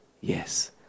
Yes